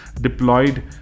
deployed